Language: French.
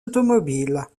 automobiles